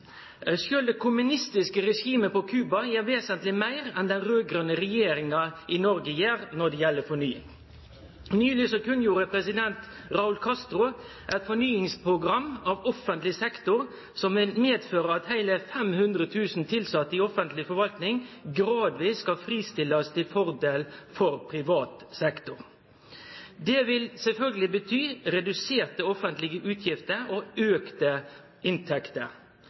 kommunistiske regimet på Cuba gjer vesentleg meir enn den raud-grøne regjeringa i Noreg når det gjeld fornying. Nyleg kunngjorde president Raul Castro eit fornyingsprogram for offentleg sektor som medfører at heile 500 000 tilsette i offentleg forvaltning gradvis skal fristillast til fordel for privat sektor. Det vil sjølvsagt bety reduserte offentlege utgifter og auka inntekter.